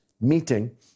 meeting